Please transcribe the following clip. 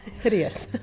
hideous.